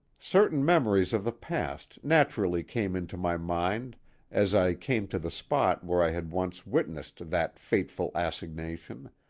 certain memories of the past naturally came into my mind as i came to the spot where i had once witnessed that fateful assignation,